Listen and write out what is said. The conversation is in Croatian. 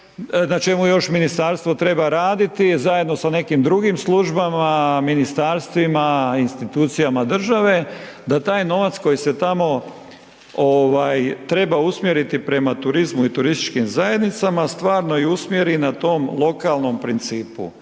na čemu još Ministarstvo treba raditi zajedno sa nekim drugim službama, Ministarstvima, institucijama države da taj novac koji se tamo treba usmjeriti prema turizmu i turističkim zajednicama, stvarno i usmjeri na tom lokalnom principu,